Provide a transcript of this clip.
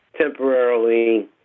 temporarily